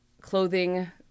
clothing